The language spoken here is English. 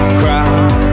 crowd